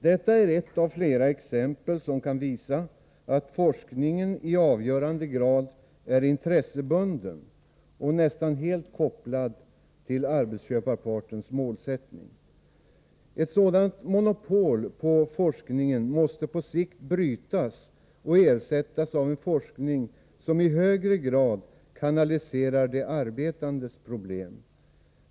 Detta är ett av flera exempel som kan visa att forskningen i avgörande grad är intressebunden och nästan helt kopplad till arbetsköparpartens målsättning. Ett sådant monopol på forskning måste på sikt brytas och ersättas av en forskning som i högre grad kanaliserar de arbetandes problem.